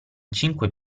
cinque